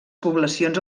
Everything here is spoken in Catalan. poblacions